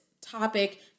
topic